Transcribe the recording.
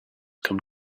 come